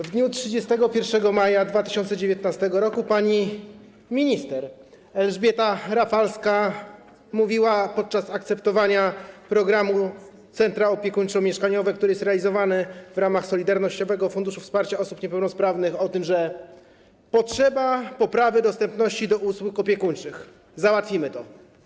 W dniu 31 maja 2019 r. pani minister Elżbieta Rafalska mówiła podczas akceptowania programu „Centra opiekuńczo-mieszkalne”, który jest realizowany w ramach Solidarnościowego Funduszu Wsparcia Osób Niepełnosprawnych, o tym, że potrzeba poprawy dostępu do usług opiekuńczych, że załatwimy to.